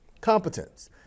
competence